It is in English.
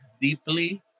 deeply